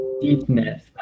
deepness